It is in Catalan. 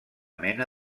mena